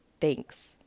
Thanks